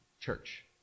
church